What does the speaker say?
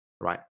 right